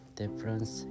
difference